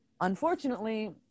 unfortunately